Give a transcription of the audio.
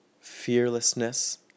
fearlessness